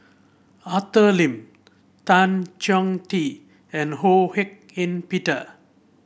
Arthur Lim Tan Chong Tee and Ho Hak Ean Peter